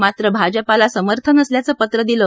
मात्र भाजपाला समर्थन असल्याचं पत्र दिलं